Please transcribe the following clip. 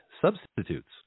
substitutes